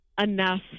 enough